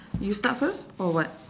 you start first or what